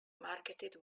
marketed